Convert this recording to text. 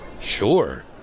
Sure